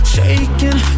Shaking